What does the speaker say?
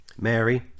mary